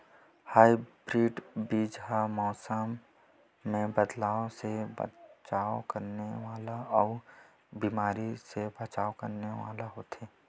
hybrid बीज हा मौसम मे बदलाव से बचाव करने वाला अउ बीमारी से बचाव करने वाला होथे